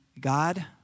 God